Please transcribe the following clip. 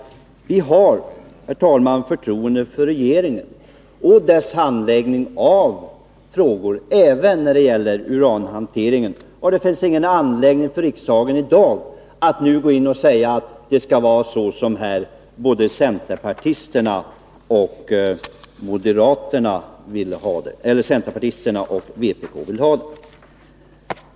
Vi har, Tore Claeson, förtroende för regeringen och dess handläggning av frågor. Det gäller även uranhanteringen. Det finns ingen anledning för riksdagen att i dag gå in och säga att det skall vara så som både centerpartiserna och vpk vill ha det.